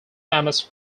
famous